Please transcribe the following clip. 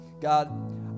God